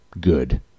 good